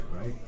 right